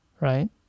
right